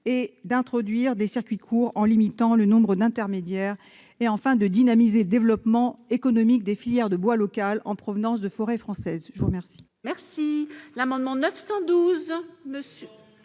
d'introduire des circuits courts en limitant le nombre d'intermédiaires et de dynamiser le développement économique des filières de bois locales en provenance de forêts françaises. La parole